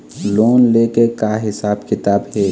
Loan ले के का हिसाब किताब हे?